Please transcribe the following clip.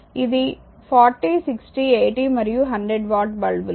ఇది 40 60 80 మరియు 100 వాట్ల బల్బులు